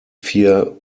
vier